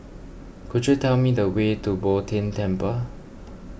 could you tell me the way to Bo Tien Temple